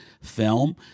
film